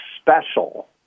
special